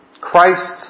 Christ